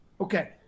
Okay